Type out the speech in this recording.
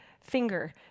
finger